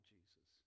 Jesus